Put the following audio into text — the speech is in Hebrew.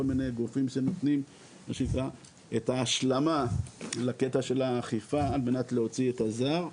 כל מיני גופים שנותנים את ההשלמה לקטע של האכיפה על מנת להוציא את הזר.